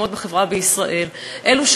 אבל,